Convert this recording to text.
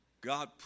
God